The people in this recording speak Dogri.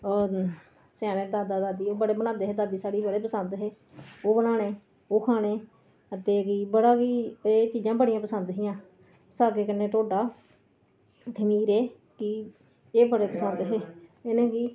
और साढ़े दादा दादी बड़े बनांदे हे दादी साढ़ी गी बड़े पसंद हे ओह् बनाने ओह् खाने ते बड़ा फ्ही एह् चीजां बड़ियां पसंद हियां सागे कन्नै खाने ढोडा खमीरे फ्ही एह् बड़े पसंद हे इ'नेंगी